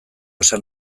esan